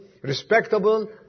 Respectable